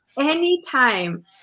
anytime